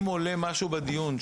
אם עולה לך משהו בדיון,